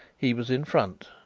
he was in front.